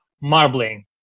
marbling